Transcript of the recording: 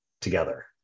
together